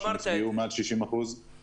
לעסקים שנפגעו מעל 60%. בסוף אמרת את זה.